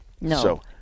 No